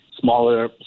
smaller